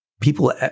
people